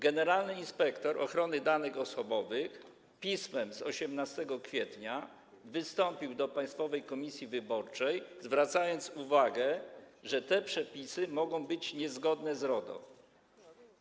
Generalny inspektor ochrony danych osobowych pismem z 18 kwietnia wystąpił do Państwowej Komisji Wyborczej, zwracając uwagę, że te przepisy mogą być niezgodne z RODO.